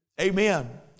Amen